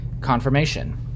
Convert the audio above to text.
confirmation